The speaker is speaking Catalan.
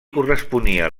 corresponia